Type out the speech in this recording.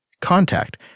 contact